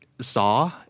saw